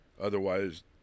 Otherwise